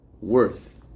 worth